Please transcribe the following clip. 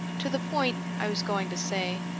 to the point, i was going to say,